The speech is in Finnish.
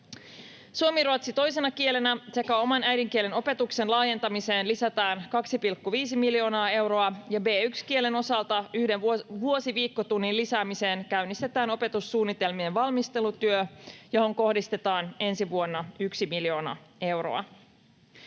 tai ruotsiin toisena kielenä sekä oman äidinkielen opetuksen laajentamiseen lisätään 2,5 miljoonaa euroa, ja B1-kielen osalta yhden vuosiviikkotunnin lisäämiseen käynnistetään opetussuunnitelmien valmistelutyö, johon kohdistetaan ensi vuonna miljoona euroa.